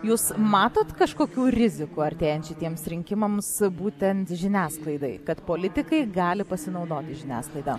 jūs matot kažkokių rizikų artėjant šitiems rinkimams būtent žiniasklaidai kad politikai gali pasinaudoti žiniasklaida